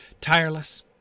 Tireless